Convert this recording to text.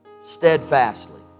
steadfastly